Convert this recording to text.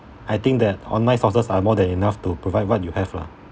I think that online sources are more than enough to provide what you have lah